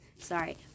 Sorry